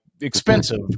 expensive